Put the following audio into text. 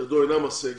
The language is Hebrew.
שידו אינה משגת.